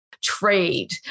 trade